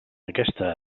aquesta